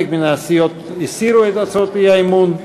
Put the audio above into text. חלק מהסיעות הסירו את הצעות האי-אמון,